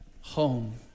home